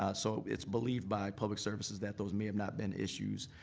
ah so, it's believed by public services that those may have not been issues,